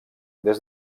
des